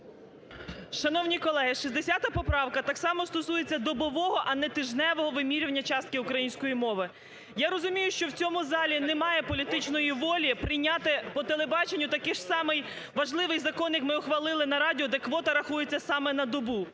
Шановні колеги, 60 поправка так само стосується добового, а не тижневого вимірювання частки української мови. Я розумію, що в цьому залі немає політичної волі прийняти по телебаченню такий же самий важливий закон, як ми ухвалили на радіо, де квота рахується саме на добу.